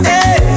Hey